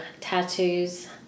Tattoos